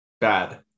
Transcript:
bad